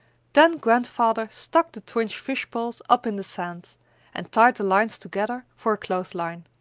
then grandfather stuck the twins' fish-poles up in the sand and tied the lines together for a clothes-line,